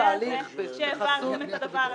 משנת 2018, מהשנה, שהעברתם את הדבר הזה.